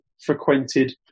frequented